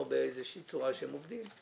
באיזושהי צורה בה הם עובדים.